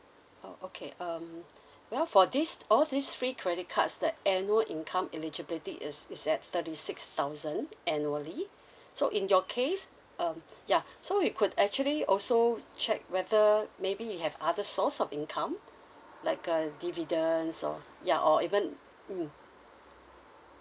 oh okay um well for this all three free credit cards the annual income eligibility is is at thirty six thousand annually so in your case um ya so we could actually also check whether maybe you have other source of income like uh dividends or ya or even mm